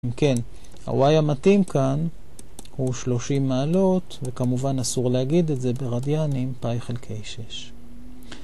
כן, ה-Y המתאים כאן הוא 30 מעלות וכמובן אסור להגיד את זה ברדיאנים Pi חלקי 6.